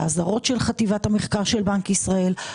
האזהרות של חטיבת המחקר של בנק ישראל,